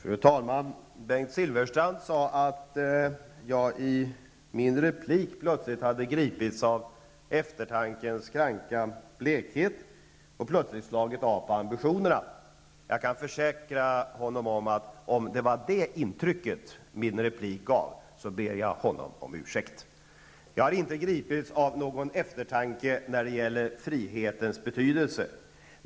Fru talman! Bengt Silfverstrand sade att jag i mitt inlägg plötsligt hade gripits av eftertankens kranka blekhet och slagit av på ambitionerna. Om mitt inlägg gav det intrycket ber jag om ursäkt. Jag har inte gripits av eftertanke när det gäller frihetens betydelse.